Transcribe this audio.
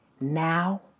now